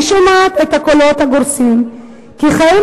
אני שומעת את הקולות הגורסים כי החיים